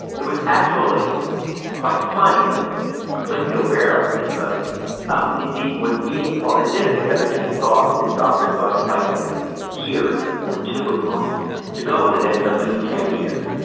it was actually quite funny in a way that he was completely aware of, because um indeed when we all did it together, he thought of his doctors, thought he might have a year or two at most to go, and it ended up being ten years.